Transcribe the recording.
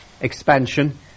expansion